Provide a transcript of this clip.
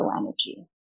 energy